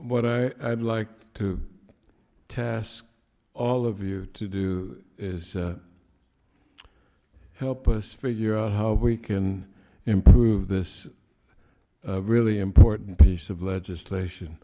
what i'd like to tell all of you to do is help us figure out how we can improve this really important piece of legislation